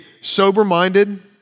sober-minded